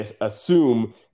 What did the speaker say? assume